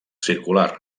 circular